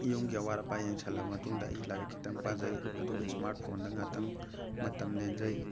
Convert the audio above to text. ꯌꯨꯝꯒꯤ ꯑꯋꯥꯠ ꯑꯄꯥ ꯌꯦꯡꯁꯤꯜꯂꯕ ꯃꯇꯨꯡꯗ ꯑꯩ ꯂꯥꯏꯔꯤꯛ ꯈꯤꯇꯪ ꯄꯥꯖꯩ ꯑꯗꯨꯒ ꯏꯁꯃꯥꯔꯠ ꯐꯣꯟꯗ ꯉꯥꯛꯇꯪ ꯃꯇꯝ ꯂꯦꯟꯖꯩ